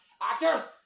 actors